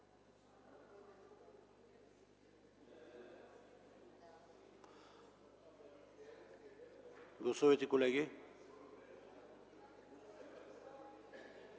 Добре.